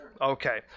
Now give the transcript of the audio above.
Okay